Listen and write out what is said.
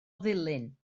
ddulyn